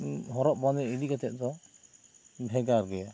ᱦᱚᱨᱚᱜ ᱵᱟᱸᱫᱮ ᱤᱫᱤ ᱠᱟᱛᱮ ᱫᱚ ᱵᱷᱮᱜᱟᱨ ᱜᱮᱭᱟ